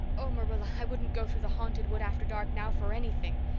oh, marilla, i wouldn't go through the haunted wood after dark now for anything.